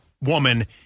woman